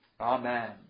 Amen